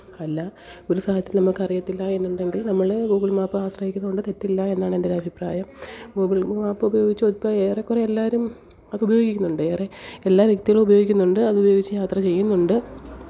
അല്ല ഒരു സാധനത്തിനെ നമുക്ക് അറിയത്തില്ല എന്നുണ്ടെങ്കില് നമ്മൾ ഗൂഗിള് മാപ്പ് ആശ്രയിക്കുന്നത് കൊണ്ട് തെറ്റില്ല എന്നാണ് എന്റെ ഒരു അഭിപ്രായം ഗൂഗിള് മാപ്പ് ഉപയോഗിച്ചു ഇപ്പോൾ ഏറെക്കുറെ എല്ലാവരും അത് ഉപയോഗിക്കുന്നുണ്ട് ഏറെ എല്ലാ വ്യക്തികളും ഉപയോഗിക്കുന്നുണ്ട് അതു ഉപയോഗിച്ചു യാത്ര ചെയ്യുന്നുണ്ട്